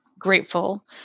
grateful